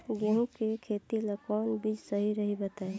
गेहूं के खेती ला कोवन बीज सही रही बताई?